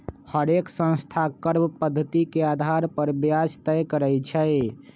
हरेक संस्था कर्व पधति के अधार पर ब्याज तए करई छई